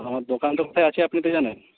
আমার দোকান তো কোথায় আছে আপনি তো জানেন